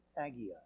Agia